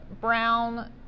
brown